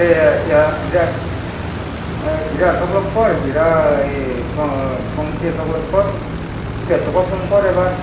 এই এ হিৰা হিৰাহঁতক লগ কৰ এই প পংখীহঁতক লগ কৰ সিহঁতকো ফোন কৰ এবাৰ